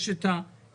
יש את הטיסות,